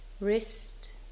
wrist